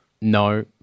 no